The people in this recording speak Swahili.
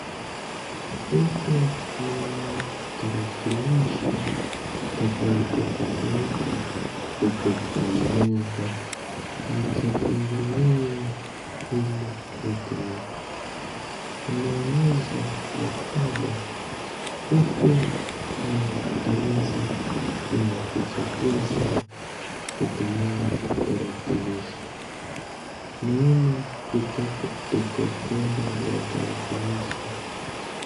Huku naona tarakilishi tofauti tofauti iko kwa meza haijafunguliwa ili itumike. Inaonyesha ya kwamba huku ni darasa ya kujifunza kutumia tarakilishi naona vitabu iko kando ya tarakilishi.